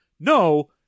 No